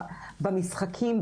במשחקים,